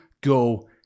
go